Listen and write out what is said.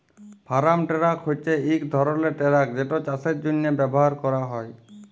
farm tractor হছে ইক ধরলের টেরাক যেট চাষের জ্যনহে ব্যাভার ক্যরা হয়